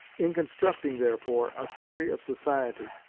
in constructing, therefore, a theory of society,